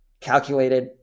calculated